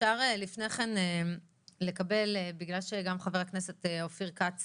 אפשר לפני כן לקבל בגלל שגם חבר הכנסת אופיר כץ